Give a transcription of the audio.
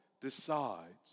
decides